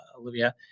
Olivia